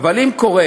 אבל אם קורה,